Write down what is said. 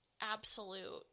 absolute